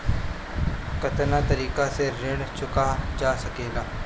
कातना तरीके से ऋण चुका जा सेकला?